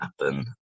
happen